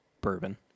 bourbon